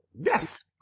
Yes